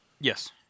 Yes